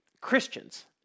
Christians